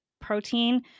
protein